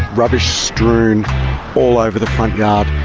rubbish strewn all over the front yard,